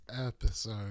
episode